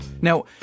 Now